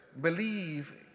believe